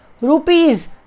rupees